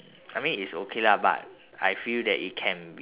I mean it's okay lah but I feel that it can be